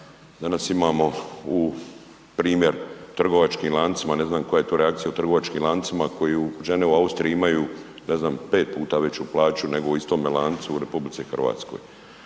danas imamo u primjer trgovačkim lancima, ne znam koja je to reakcija u trgovačkim lancima koji u žene u Austriji imaju, ne znam, pet puta veću plaću, nego u istome lancu u RH, doslovno